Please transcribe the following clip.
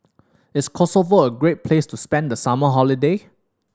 is Kosovo a great place to spend the summer holiday